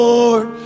Lord